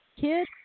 kid